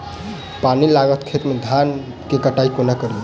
पानि लागल खेत मे धान केँ कटाई कोना कड़ी?